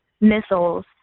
missiles